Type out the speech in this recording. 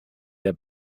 der